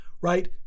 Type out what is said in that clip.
right